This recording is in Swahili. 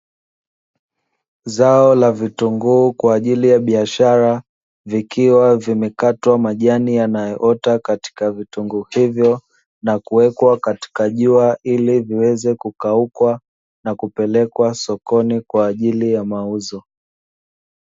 Zao la vitunguu kwa ajili ya biashara, vikiwa vimekatwa majani yanayoota katika vitunguu hivyo, na kuwekwa katika jua ili viweze kukauka na kupelekwa sokoni kwa ajili ya mauzo.